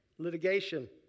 Litigation